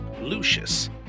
Lucius